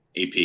AP